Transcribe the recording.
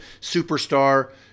superstar